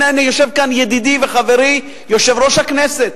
הנה, יושב פה ידידי וחברי יושב-ראש הכנסת,